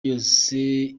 yose